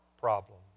problem